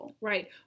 Right